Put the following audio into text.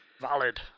Valid